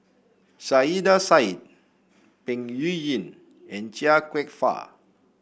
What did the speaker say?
Saiedah Said Peng Yuyun and Chia Kwek Fah